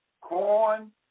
Corn